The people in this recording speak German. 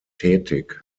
tätig